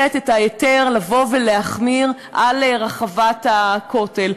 את ההיתר להחמיר ברחבת הכותל.